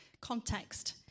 context